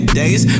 days